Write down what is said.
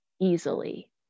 easily